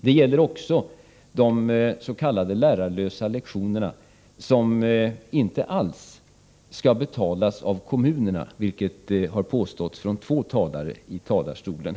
Det gäller också de s.k. lärarlösa lektionerna, som inte alls skall betalas av kommunerna, vilket påståtts av två talare här i talarstolen.